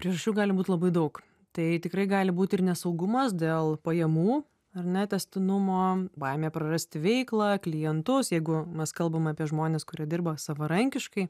priežasčių gali būt labai daug tai tikrai gali būt ir nesaugumas dėl pajamų ar ne tęstinumo baimė prarasti veiklą klientus jeigu mes kalbam apie žmones kurie dirba savarankiškai